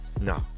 No